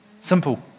Simple